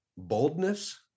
boldness